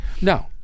No